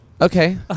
Okay